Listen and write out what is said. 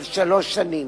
של שלוש שנים.